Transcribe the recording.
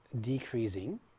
decreasing